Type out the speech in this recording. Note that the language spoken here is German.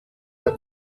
der